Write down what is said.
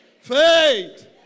Faith